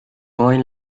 boy